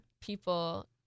People